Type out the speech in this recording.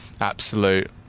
absolute